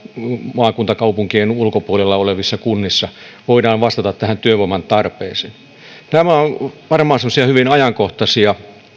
maakuntakaupunkien ulkopuolella olevissa kunnissa vastata tähän työvoiman tarpeeseen tämä on varmaan semmoisia hyvin ajankohtaisia